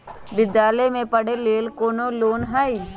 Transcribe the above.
विद्यालय में पढ़े लेल कौनो लोन हई?